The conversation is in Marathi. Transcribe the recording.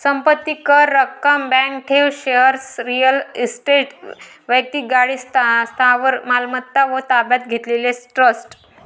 संपत्ती कर, रक्कम, बँक ठेव, शेअर्स, रिअल इस्टेट, वैक्तिक गाडी, स्थावर मालमत्ता व ताब्यात घेतलेले ट्रस्ट